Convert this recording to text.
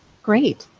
great.